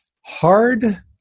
hard